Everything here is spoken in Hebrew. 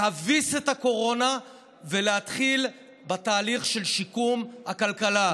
להביס את הקורונה ולהתחיל בתהליך של שיקום הכלכלה.